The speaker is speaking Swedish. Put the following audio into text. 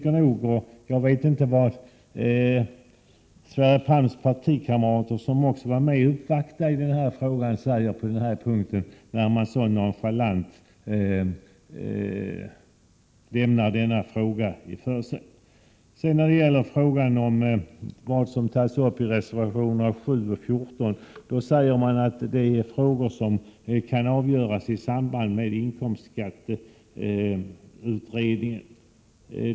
Jag vet inte vad Sverre Palms partikamrater, som också var med om en uppvaktning i frågan, säger när utskottet så nonchalant lämnar den. I reservationerna 7 och 14 tas upp frågor som utskottsmajoriteten anser kan avgöras i samband med inkomstskatteutredningen.